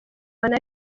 bane